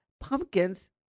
pumpkins